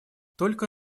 только